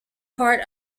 part